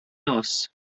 nos